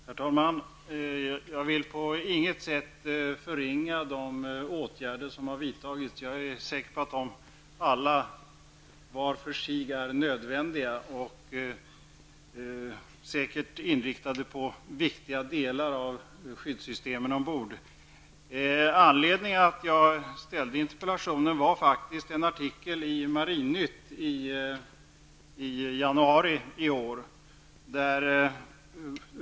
Herr talman! Jag vill på inget sätt förringa betydelsen av de åtgärder som har vidtagits. Jag är säker på att de alla var för sig är nödvändiga och säkert inriktade på viktiga delar av skyddssystemen ombord. Anledningen till att jag ställde interpellationen var faktiskt en artikel i Marinnytt i januari i år.